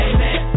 Amen